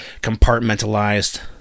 compartmentalized